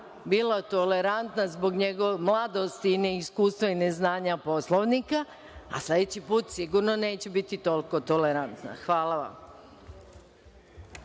bila tolerantna zbog njegove mladosti i neiskustva i neznanja Poslovnika, a sledeći put sigurno neću biti toliko tolerantna. Hvala vam. Na